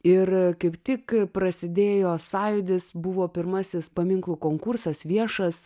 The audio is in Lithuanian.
ir kaip tik prasidėjo sąjūdis buvo pirmasis paminklų konkursas viešas